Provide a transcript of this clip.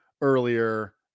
earlier